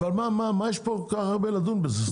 אבל מה יש כל כך הרבה לדון בזה.